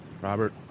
Robert